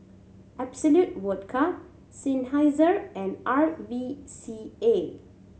Absolut Vodka Seinheiser and R V C A